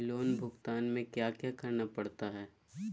loan भुगतान में क्या क्या करना पड़ता है